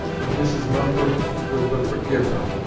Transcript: if mrs. mumford would but forgive her!